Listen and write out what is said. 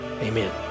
Amen